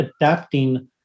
Adapting